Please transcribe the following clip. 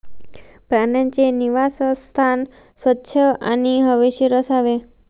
प्राण्यांचे निवासस्थान स्वच्छ आणि हवेशीर असावे